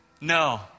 no